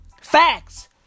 Facts